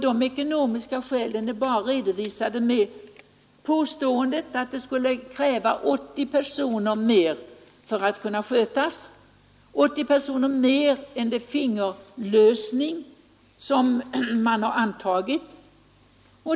De ekonomiska skälen är bara redovisade med påståendet att den kompakta byggnaden för sin skötsel skulle kräva 80 personer mer än fingerhusförslaget.